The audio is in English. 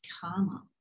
karma